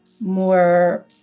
more